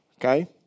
Okay